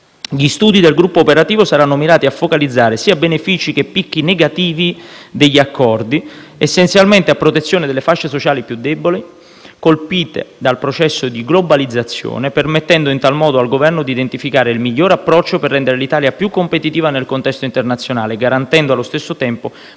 Gli studi del gruppo operativo saranno mirati a focalizzare sia i benefici che i picchi negativi degli accordi, essenzialmente a protezione delle fasce sociali più deboli, colpite dal processo di globalizzazione, permettendo in tal modo al Governo di identificare il migliore approccio per rendere l'Italia più competitiva nel contesto internazionale, garantendo allo stesso tempo